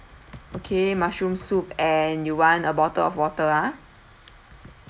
okay mushroom soup and you want a bottle of water ah